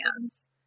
hands